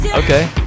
okay